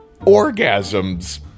orgasms